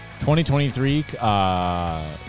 2023